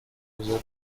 aza